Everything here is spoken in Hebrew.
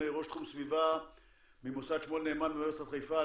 ראש תחום סביבה ממוסד שמואל נאמן מאוניברסיטת חיפה.